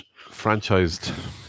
Franchised